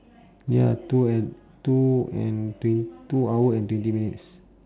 ya two and two and twen~ two hour and twenty minutes